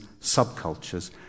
subcultures